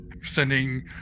sending